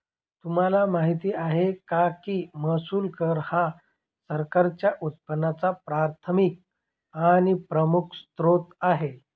तुम्हाला माहिती आहे का की महसूल कर हा सरकारच्या उत्पन्नाचा प्राथमिक आणि प्रमुख स्त्रोत आहे